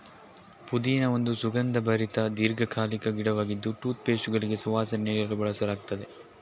ಪುದೀನಾ ಒಂದು ಸುಗಂಧಭರಿತ ದೀರ್ಘಕಾಲಿಕ ಗಿಡವಾಗಿದ್ದು ಟೂತ್ ಪೇಸ್ಟುಗಳಿಗೆ ಸುವಾಸನೆ ನೀಡಲು ಬಳಸಲಾಗ್ತದೆ